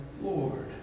Lord